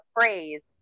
phrase